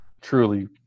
truly